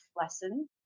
lesson